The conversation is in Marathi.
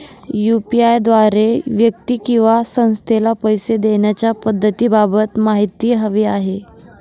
यू.पी.आय द्वारे व्यक्ती किंवा संस्थेला पैसे देण्याच्या पद्धतींबाबत माहिती हवी आहे